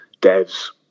Dev's